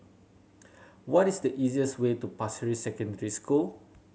what is the easiest way to Pasir Ris Secondary School